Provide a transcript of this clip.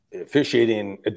officiating